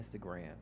Instagram